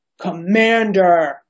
commander